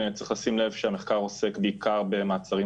צריך לשים לב שהמחקר עוסק בעיקר במעצרים